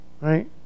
right